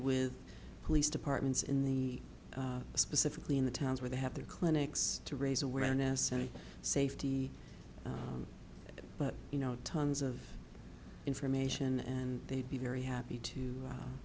with police departments in the specifically in the towns where they have their clinics to raise awareness and safety but you know tons of information and they'd be very happy to